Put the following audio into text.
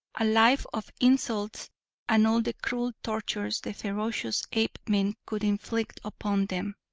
a life of insults and all the cruel tortures the ferocious apemen could inflict upon them.